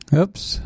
Oops